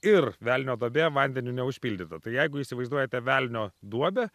ir velnio duobė vandeniu neužpildyta tai jeigu įsivaizduojate velnio duobę